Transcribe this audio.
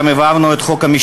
בטרור?